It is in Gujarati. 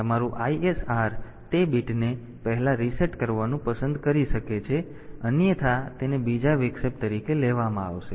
તેથી તમારું ISR તે બીટને પહેલા રીસેટ કરવાનું પસંદ કરી શકે છે અન્યથા તેને બીજા વિક્ષેપ તરીકે લેવામાં આવશે